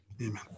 Amen